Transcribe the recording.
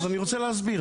אז אני רוצה להסביר,